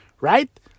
right